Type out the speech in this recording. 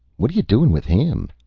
what are you doing with him?